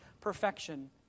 perfection